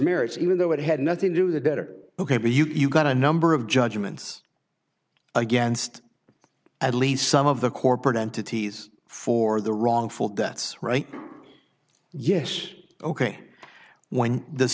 merits even though it had nothing to do the better ok but you've got a number of judgments against at least some of the corporate entities for the wrongful deaths right yes ok when the